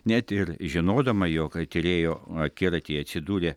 net ir žinodama jog tyrėjų akiratyje atsidūrė